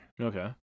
okay